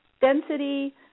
density